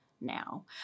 now